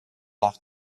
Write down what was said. nach